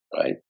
right